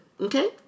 Okay